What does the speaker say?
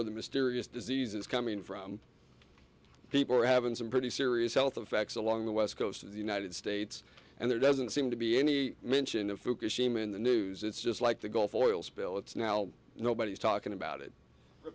where the mysterious disease is coming from people who are having some pretty serious health effects along the west coast of the united states and there doesn't seem to be any mention of fukushima in the news it's just like the gulf oil spill it's now nobody's talking about it